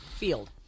Field